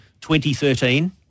2013